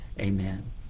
amen